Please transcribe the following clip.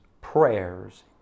prayers